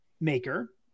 maker